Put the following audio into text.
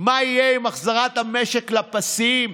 מה יהיה עם החזרת המשק לפסים?